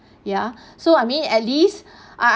ya so I mean at least I